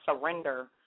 surrender